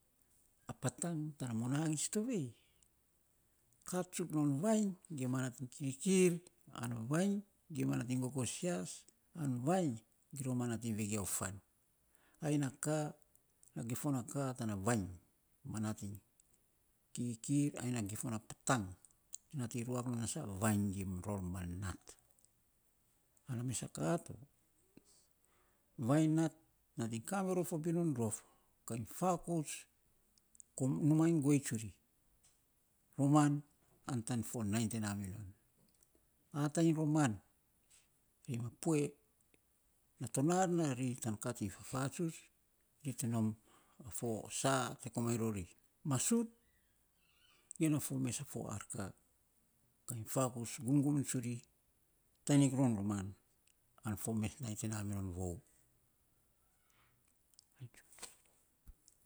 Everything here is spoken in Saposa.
A patang tana monaagits tovei, kat tsuk non vainy gima nating kirkir ana vainy gima nating gogosias, ana vainy giroma nating vegiau fan, ai na ka a gifon na ka tana vainy, ma nating kirkir, ai na gifon na patang, nating roak non tana saa vainy gim rou ma nat. Ana mesa ka to, vainy nat, nating kamiror fo binun rof. Kai fakouts numaa iny guei tsuri. Roman an tana fo nainy te naa minon. Ataiv iny roman, ri ma pue, na tonar na rari, tan kat iny fafatsuts, ri te nom a fo saa te komainy rori, masuu ge na fo mes a fo ar ka, kainy fakouts gumgum tsuri, tanik rom namaan ai fo mes nainy te naa minon vou.